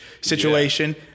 situation